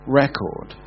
record